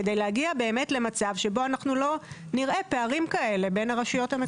כדי להגיע למצב שבו לא נראה פערים כאלה בין הרשויות המקומיות.